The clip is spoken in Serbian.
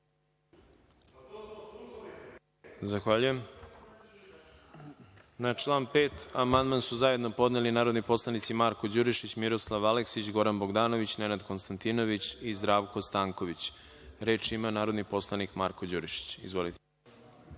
Zahvaljujem. Na član 5. amandman su zajedno podneli narodni poslanici Marko Đurišić, Miroslav Aleksić, Goran Bogdanović, Nenad Konstantinović i Zdravko Stanković. Reč ima narodni poslanik Marko Đurišić. **Marko